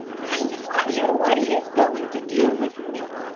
i wonder what he is going to do with me,